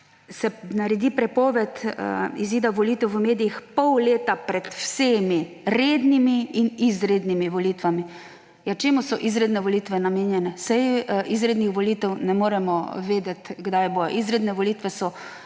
se naredi prepoved izida volitev v medijih pol leta pred vsemi, rednimi in izrednimi volitvami. Čemu so izredne volitve namenjene? Saj za izredne volitve ne moremo vedeti, kdaj bodo. Izredne volitve so